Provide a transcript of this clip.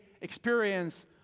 experience